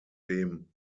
dem